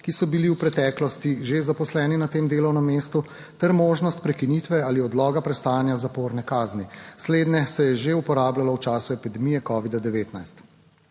ki so bili v preteklosti že zaposleni na tem delovnem mestu, ter možnost prekinitve ali odloga prestajanja zaporne kazni. Slednje se je že uporabljalo v času epidemije covida-19.